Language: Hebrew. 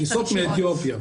הטיסות הן מאתיופיה.